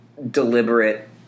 Deliberate